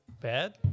bad